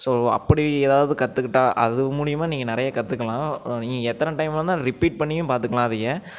so அப்படி எதாவது கற்றுக்கிட்டா அது மூலிமா நீங்கள் நிறையா கற்றுக்கலாம் நீ எத்தனை டைம் வேணாலும் ரிப்பீட் பண்ணியும் பார்த்துக்கலாம் அதையே